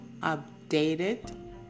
updated